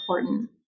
important